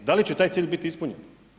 Da li će taj cilj biti ispunjen?